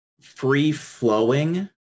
free-flowing